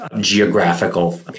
geographical